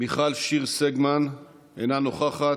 מיכל שיר סגמן, אינה נוכחת.